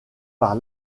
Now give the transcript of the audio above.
par